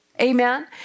amen